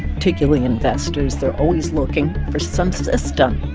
particularly investors, they're always looking for some system.